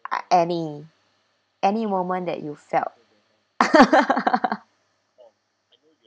uh any any moment that you felt